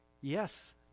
yes